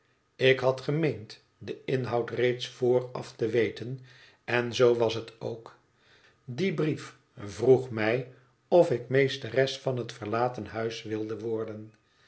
ik had gemeend den inhoud reeds vooraf te weten en zoo was het ook die brief vroeg mij of ik meesteres van het verlaten huis wilde worden